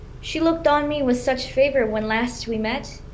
she looked on me with such favor when last we met,